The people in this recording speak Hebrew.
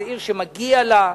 זו עיר שמגיע לה.